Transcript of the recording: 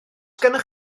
gennych